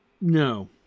No